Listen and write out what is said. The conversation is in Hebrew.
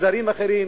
מגזרים אחרים,